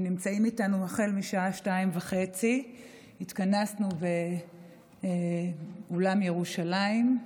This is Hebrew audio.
הם נמצאים איתנו החל מהשעה 14:30. התכנסנו באולם ירושלים,